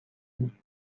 کنی